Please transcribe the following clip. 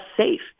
safe